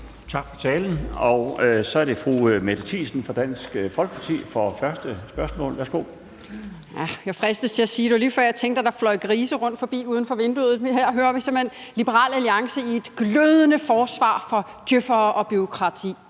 Tak for talen, og så er det fru Mette Thiesen fra Dansk Folkeparti for sit første spørgsmål. Værsgo. Kl. 11:46 Mette Thiesen (DF): Det var lige før, jeg tænkte, at der fløj grise rundt uden for vinduet – for her hører vi simpelt hen Liberal Alliance i et glødende forsvar for djøf'ere og bureaukrati!